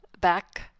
back